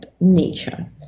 nature